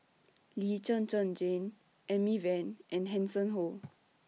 Lee Zhen Zhen Jane Amy Van and Hanson Ho